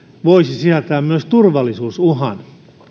voisi sisältää myös turvallisuusuhan